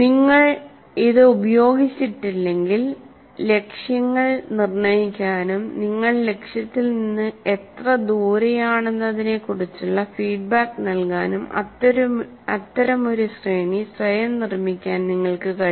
നിങ്ങൾ ഇത് ഉപയോഗിച്ചിട്ടില്ലെങ്കിൽ ലക്ഷ്യങ്ങൾ നിർണ്ണയിക്കാനും നിങ്ങൾ ലക്ഷ്യത്തിൽ നിന്ന് എത്ര ദൂരെയാണെന്നതിനെക്കുറിച്ചുള്ള ഫീഡ്ബാക്ക് നൽകാനും അത്തരമൊരു ശ്രേണി സ്വയം നിർമ്മിക്കാൻ നിങ്ങൾക്ക് കഴിയും